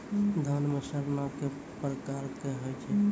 धान म सड़ना कै प्रकार के होय छै?